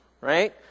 right